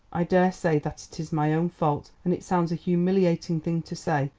i daresay that it is my own fault and it sounds a humiliating thing to say,